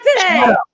today